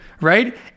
right